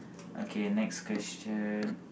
okay next question